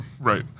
right